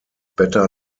better